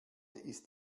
ist